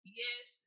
yes